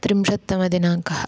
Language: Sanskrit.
त्रिंशत्तमदिनाङ्कः